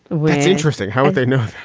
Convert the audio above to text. well, it's interesting. how would they know?